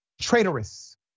traitorous